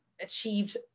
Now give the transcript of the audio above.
achieved